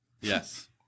Yes